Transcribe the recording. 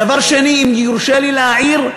דבר שני, אם יורשה לי להעיר,